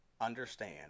understand